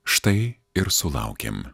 štai ir sulaukėm